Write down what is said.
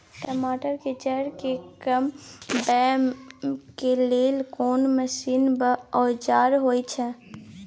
टमाटर के जईर के कमबै के लेल कोन मसीन व औजार होय छै?